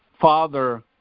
father –